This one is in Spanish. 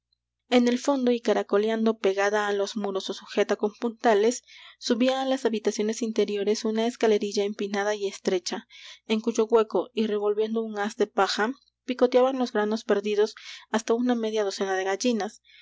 en el fondo y caracoleando pegada á los muros ó sujeta con puntales subía á las habitaciones interiores una escalerilla empinada y estrecha en cuyo hueco y revolviendo un haz de paja picoteaban los granos perdidos hasta una media docena de gallinas